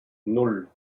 nan